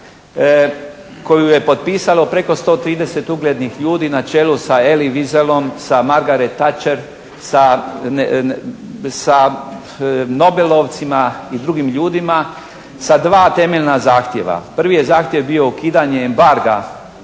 koju je potpisalo preko 130 uglednih ljudi na čelu sa Elly Wieselom, sa Margaret Thatcher, sa nobelovcima i drugim ljudima, sa dva temeljna zahtjeva. Prvi je zahtjev bio ukidanje embarga